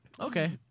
Okay